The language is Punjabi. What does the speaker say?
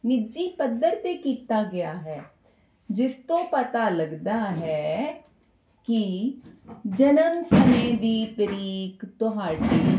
ਨਿੱਜੀ ਪੱਧਰ 'ਤੇ ਕੀਤਾ ਗਿਆ ਹੈ ਜਿਸ ਤੋਂ ਪਤਾ ਲੱਗਦਾ ਹੈ ਕਿ ਜਨਮ ਸਮੇਂ ਦੀ ਤਰੀਕ ਤੁਹਾਡੀ